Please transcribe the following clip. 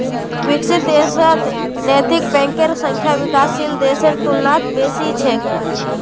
विकसित देशत नैतिक बैंकेर संख्या विकासशील देशेर तुलनात बेसी छेक